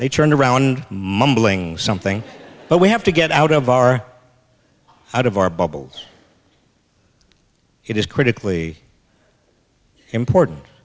they turned around mumbling something but we have to get out of our out of our bubbles it is critically important